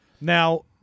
Now